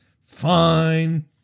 fine